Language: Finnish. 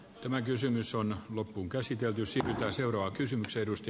tämä kysymys on loppuunkäsitelty sillä seuraa kysymys edusti